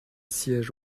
siège